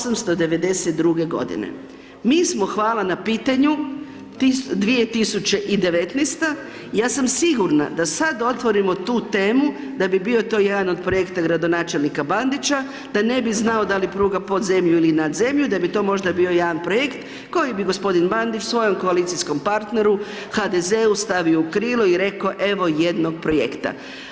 1892. g. mi smo hvala na pitanju, 2019., ja sam sigurna da sad otvorimo tu temu, da bi bio to jedan od projekta gradonačelnika Bandića, da ne bi znao da li pruga pod zemlju ili na zemlju, da bi to možda bio jedan projekt koji bi g. Bandić svojem koalicijskom partneru HDZ-u stavio u krilo i rekao evo jednog projekta.